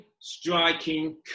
striking